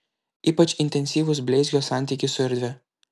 ypač intensyvūs bleizgio santykiai su erdve